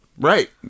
Right